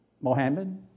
Mohammed